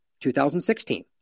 2016